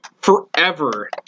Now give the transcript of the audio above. forever